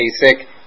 basic